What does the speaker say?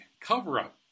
cover-up